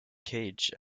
cage